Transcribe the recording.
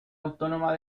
autónoma